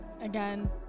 again